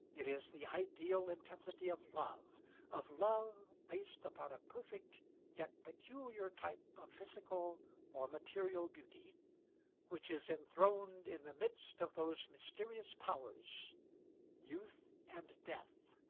it is the ideal intensity of love of love based upon a perfect yet peculiar type of physical or material beauty which is enthroned in the midst of those mysterious powers youth and death,